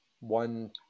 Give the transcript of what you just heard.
One